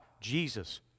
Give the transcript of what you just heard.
Jesus